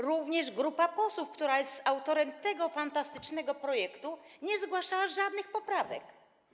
Również grupa posłów, która jest autorem tego fantastycznego projektu, nie zgłaszała żadnych poprawek.